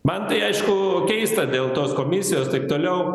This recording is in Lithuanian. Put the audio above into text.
man tai aišku keista dėl tos komisijos taip toliau